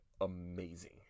amazing